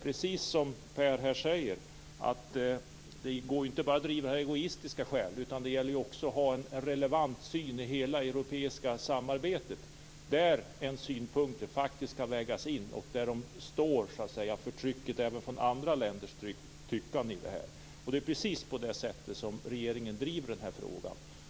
Precis som Per Landgren säger går det inte att bara driva fram egoistiska skäl, det gäller att ha en relevant syn i hela europeiska samarbetet, där en synpunkt skall vägas in och stå trycket mot andra länders tyckande. Det är precis så regeringen driver frågan.